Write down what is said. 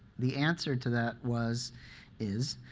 the answer to that was is,